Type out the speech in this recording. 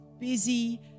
busy